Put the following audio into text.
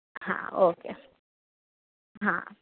ಹಾಂ ಓಕೆ ಹಾಂ